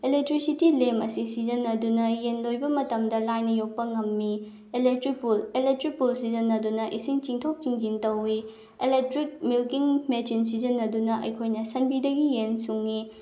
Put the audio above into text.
electricity ꯂꯦꯝ ꯑꯁꯤ ꯁꯤꯖꯤꯟꯅꯗꯨꯅ ꯌꯦꯟ ꯂꯣꯏꯕ ꯃꯇꯝꯗ ꯂꯥꯏꯅ ꯌꯣꯛꯄ ꯉꯝꯃꯤ ꯑꯦꯂꯦꯛꯇ꯭ꯔꯤꯛ ꯄꯨꯜ ꯑꯦꯂꯦꯛꯇ꯭ꯔꯤꯛ ꯄꯨꯜ ꯁꯤꯖꯤꯟꯅꯗꯨꯅ ꯏꯁꯤꯡ ꯆꯤꯡꯊꯣꯛ ꯆꯤꯡꯁꯤꯟ ꯇꯧꯏ ꯑꯦꯂꯦꯛꯇ꯭ꯔꯤꯛ ꯃꯤꯜꯀꯤꯡ ꯃꯦꯆꯤꯟ ꯁꯤꯖꯤꯟꯅꯗꯤꯅ ꯑꯩꯈꯣꯏꯅ ꯁꯟꯕꯤꯗꯒꯤ ꯌꯦꯟ ꯁꯨꯡꯉꯤ